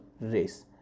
race